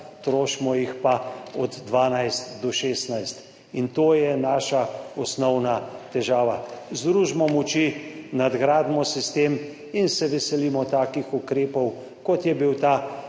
trošimo jih pa od 12 do 16, in to je naša osnovna težava. Združimo moči, nadgradimo sistem in se veselimo takih ukrepov, kot je bil ta,